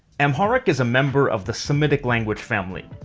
amharic is a member of the semitic language family,